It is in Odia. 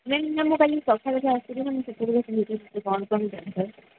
ନାଇଁ ମ୍ୟାମ୍ ମୁଁ କାଲି ସଖାଳେ ଆସିବି ନା ମୁଁ ସେତେବେଳେ କହିଦେବି କ'ଣ କ'ଣ ଦରକାର